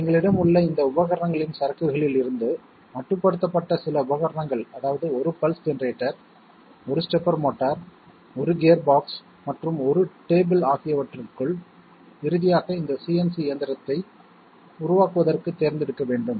எங்களிடம் உள்ள இந்த உபகரணங்களின் சரக்குகளில் இருந்து மட்டுப்படுத்தப்பட்ட சில உபகரணங்கள் அதாவது 1 pulse generator 1 stepper motor 1 gearbox மற்றும் 1 டேபிள் ஆகியவற்றிற்குள் இறுதியாக இந்த CNC இயந்திரத்தை உருவாக்குவதற்குத் தேர்ந்தெடுக்க வேண்டும்